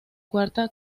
cuarta